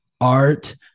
art